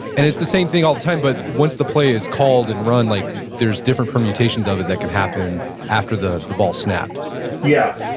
and it's the same thing all the time, but once the play is called and run like there's different permutations of it that can happen after the the ball snapped yeah.